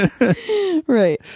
Right